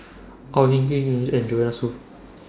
Au Hing Yee and Joanne Soo